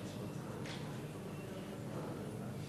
ההצעה להעביר את הנושא